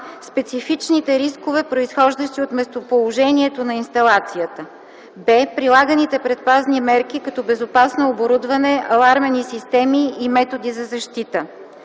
специфичните рискове, произхождащи от местоположението на инсталацията; б) прилаганите предпазни мерки като безопасно оборудване, алармени системи и методи за защита;